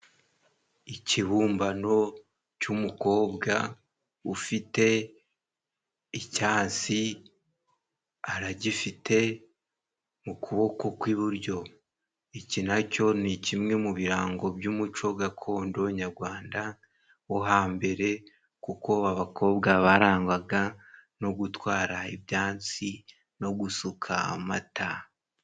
Ikibumbano cy'umukobwa ufite icyansi, aragifite mu kuboko kw'iburyo. Iki nacyo ni kimwe mu birango by'umuco gakondo nyarwanda wo hambere kuko abakobwa barangwaga no gutwara ibyatsi no gusuka amata.